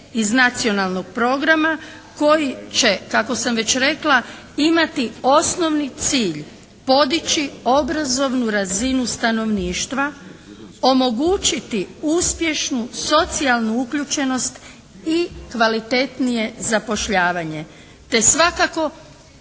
iz nacionalnog programa koji će kako sam već rekla imati osnovni cilj podići obrazovnu razinu stanovništva, omogućiti uspješnu socijalnu uključenost i kvalitetnije zapošljavanje, te svakako